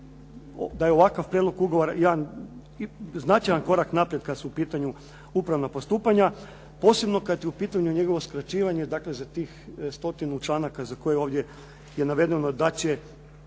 da je ovakav prijedlog ugovora jedan značajan korak naprijed kad su u pitanju upravna postupanja, posebno kad je u pitanju njegovo skraćivanje, dakle za tih stotinu članaka za koje ovdje je navedeno da će,